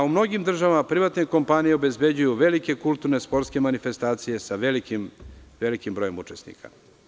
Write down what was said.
U mnogim državama privatne kompanije obezbeđuju velike kulturne, sportske manifestacije sa velikim brojem učesnika.